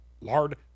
lard